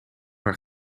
haar